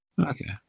Okay